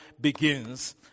begins